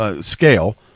scale